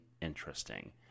interesting